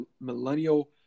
millennial